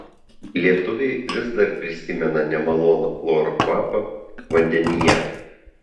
lietuviai vis dar prisimena nemalonų chloro kvapą vandenyje